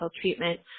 treatment